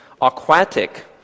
aquatic